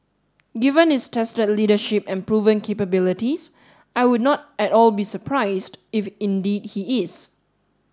given his tested leadership and proven capabilities I would not at all be surprised if indeed he is